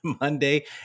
Monday